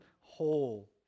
whole